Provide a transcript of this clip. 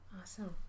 Awesome